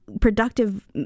productive